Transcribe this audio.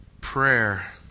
prayer